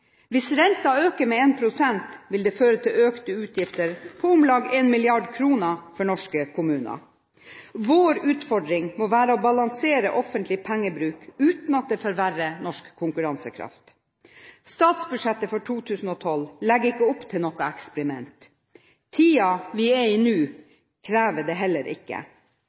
Hvis renten øker med 1 pst., vil det føre til økte utgifter på om lag 1 mrd. kr for norske kommuner. Vår utfordring må være å balansere offentlig pengebruk uten at det forverrer norsk konkurransekraft. Statsbudsjettet for 2012 legger ikke opp til noen eksperiment. Tiden vi er i nå, krever det heller ikke.